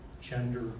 gender